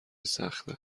سخته